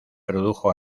produjo